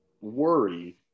worry